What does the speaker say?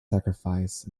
sacrifice